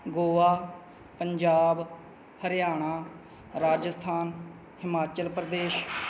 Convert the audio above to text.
Goa Punjab Haryana Rajasthan Himachal Pradesh